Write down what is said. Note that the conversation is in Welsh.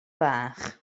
bach